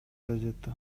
газета